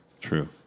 True